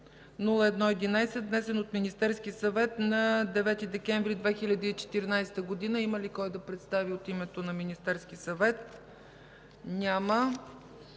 внесен от Министерския съвет на 9 декември 2014 г. Има ли кой да го представи от името на Министерския съвет? Няма.